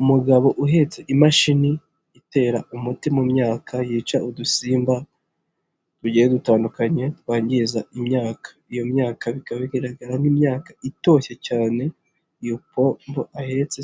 Umugabo uhetse imashini itera umuti mu myaka yica udusimba tugiye dutandukanye twangiza imyaka, iyo myaka bikaba bigaragara nk'imyaka itoshye cyane, iyo pombo ahetse